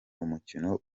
umukino